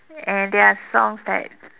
and there are songs that